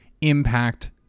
impact